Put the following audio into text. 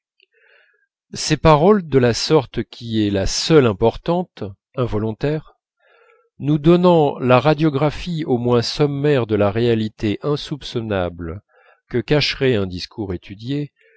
ces paroles de la sorte qui est la seule importante involontaires nous donnant la radiographie au moins sommaire de la réalité insoupçonnable que cacherait un discours étudié